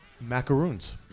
Macaroons